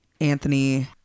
Anthony